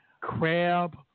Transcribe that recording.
crab